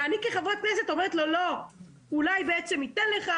ואני כחברת כנסת אומרת לו "אולי ניתן לך",